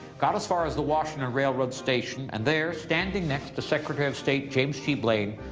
got as far as the washington railroad station. and there, standing next to secretary of state james g. blaine,